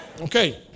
Okay